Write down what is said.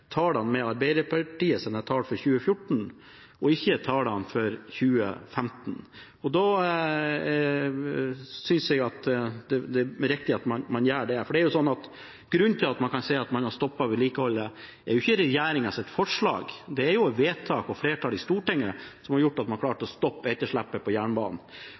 tallene med Arbeiderpartiets tall fra 2014, og ikke tallene for 2015. Det synes jeg er riktig at man gjør, for grunnen til at man kan si at man har stoppet vedlikeholdet, er jo ikke regjeringens forslag. Det er jo vedtak og flertall i Stortinget som har gjort at man har klart å stoppe etterslepet på jernbanen.